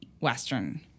Western